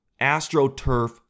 AstroTurf